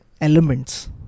elements